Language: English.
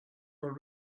were